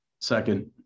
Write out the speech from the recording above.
Second